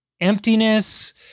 emptiness